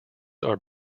are